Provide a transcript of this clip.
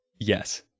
Yes